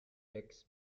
wrecks